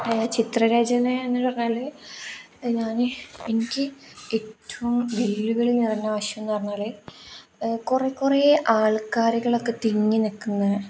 ചിത്രരചന എന്ന് പറഞ്ഞാൽ ഞാൻ എനിക്ക് ഏറ്റവും വെല്ലുവിളി നിറഞ്ഞ വശം എന്ന് പറഞ്ഞാൽ കുറേ കുറേ ആൾക്കാരുകളൊക്കെ തിങ്ങി നിൽക്കുന്ന